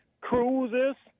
cruises